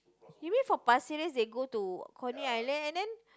you mean from Pasir-Ris they go to Coney-Island then